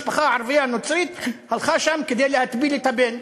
משפחה ערבייה נוצרית הלכה לשם כדי להטביל את הבן.